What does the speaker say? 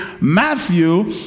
Matthew